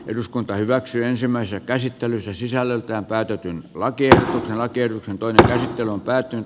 eduskunta hyväksyi ensimmäisen käsittelyssä sisällöltään päädyttiin lakia blace toi tähti on päättynyt